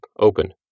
open